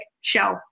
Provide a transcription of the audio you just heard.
Show